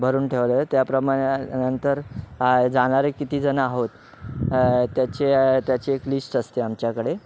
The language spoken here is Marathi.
भरून ठेवलं त्याप्रमाणे नंतर जाणारे किती जणं आहोत त्याचे त्याची एक लिस्ट असते आमच्याकडे